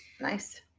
Nice